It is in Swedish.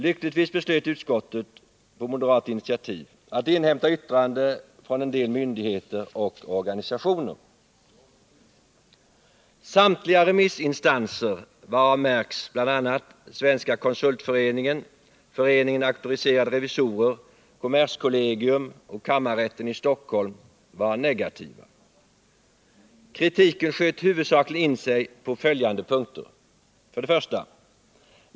Lyckligtvis beslöt utskottet, på moderat initiativ, att inhämta yttranden från en del myndigheter och organisationer. Samtliga remissinstanser, varav märks Svenska konsultföreningen, Föreningen Auktoriserade revisorer, kommerskollegium och kammarrätten i Stockholm, var negativa. Kritiken sköt huvudsakligen in sig på följande punkter: 1.